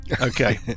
Okay